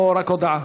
או רק הודעה?